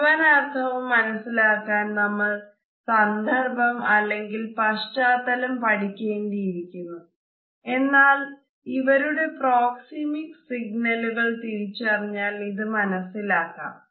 മുഴുവൻ അർത്ഥവും മനസിലാക്കാൻ നമ്മൾ സന്ദർഭംപശ്ചാത്തലം പഠിക്കേണ്ടിയിരിക്കുന്നു എന്നാൽ ഇവരുടെ പ്രോക്സിമിക്സ് സിഗ്നലുകൾ തിരിച്ചറിഞ്ഞാൽ ഇത് മനസിലാക്കാം